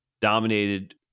dominated